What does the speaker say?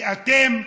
כי אתם,